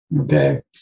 Okay